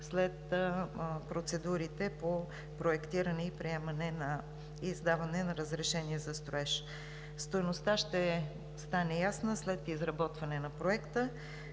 след процедурите по проектиране, приемане и издаване на разрешение за строеж. Стойността ще стане ясна след изработване на проекта,